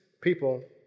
people